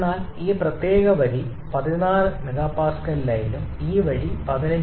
എന്നാൽ ഈ പ്രത്യേക വരി 16 MPa ലൈനും ഈ വരി 15